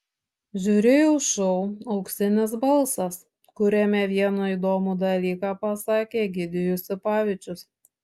žiūrėjau šou auksinis balsas kuriame vieną įdomų dalyką pasakė egidijus sipavičius